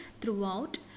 throughout